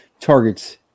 targets